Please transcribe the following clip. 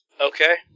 Okay